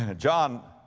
ah john,